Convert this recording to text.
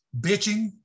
bitching